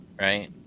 right